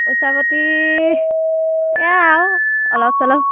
পইচা পতি এয়া আৰু অলপ চলপ